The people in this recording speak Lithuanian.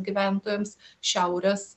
gyventojams šiaurės